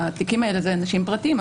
בתיקים האלה אלו אנשים פרטיים,